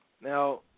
Now